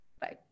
Bye